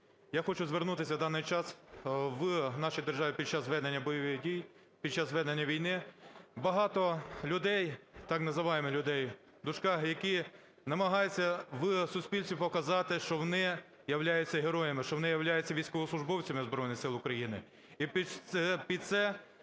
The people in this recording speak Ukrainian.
я хочу звернутися в даний час. В нашій державі під час ведення бойових дій, під час ведення війни багато людей, так називаємих людей, в дужках, які намагаються в суспільстві показати, що вони являються героями, що вони являються військовослужбовцями Збройних Сил України.